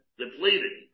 depleted